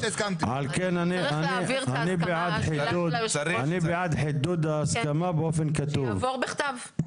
לכן אני בעד חידוד ההסכמה בכתב.